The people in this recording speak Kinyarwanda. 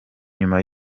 nyuma